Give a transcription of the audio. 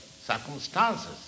circumstances